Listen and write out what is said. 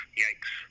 yikes